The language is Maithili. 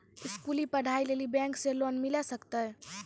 स्कूली पढ़ाई लेली बैंक से लोन मिले सकते?